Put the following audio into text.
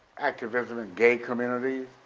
activism in gay communities.